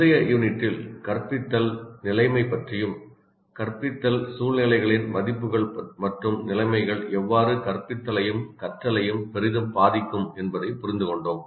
முந்தைய யூனிட்டில் கற்பித்தல் நிலைமை பற்றியும் கற்பித்தல் சூழ்நிலைகளின் மதிப்புகள் மற்றும் நிலைமைகள் எவ்வாறு கற்பித்தலையும் கற்றலையும் பெரிதும் பாதிக்கும் என்பதைப் புரிந்துகொண்டோம்